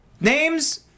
Names